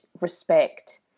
respect